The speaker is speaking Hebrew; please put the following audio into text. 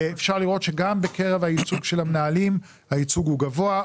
אפשר לראות שגם בקרב הייצוג של המנהלים הייצוג הוא גבוה,